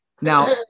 Now